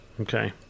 Okay